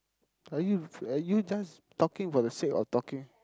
are you are you just talking for the sake of talking